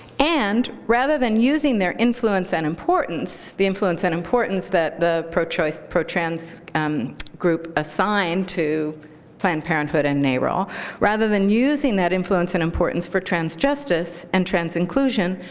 and rather than using their influence and importance the influence and importance that the pro-choice, pro-trans group assigned to planned parenthood and narol rather than using that influence and importance for trans justice and trans inclusion,